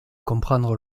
comprendre